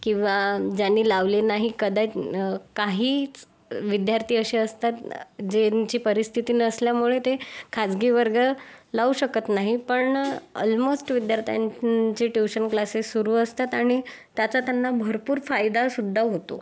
किंवा ज्यांनी लावले नाही कदा काहीच विद्यार्थी असे असतात ज्यांची परिस्थिती नसल्यामुळे ते खाजगी वर्ग लावू शकत नाही पण अल्मोस्ट विद्यार्थ्यांचे ट्युशन क्लासेस सुरू असतात आणि त्याचा त्यांना भरपूर फायदासुद्धा होतो